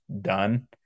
done